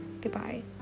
Goodbye